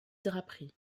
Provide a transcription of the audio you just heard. draperie